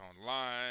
online